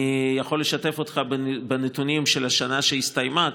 אני יכול לשתף אותך בנתונים של השנה שהסתיימה.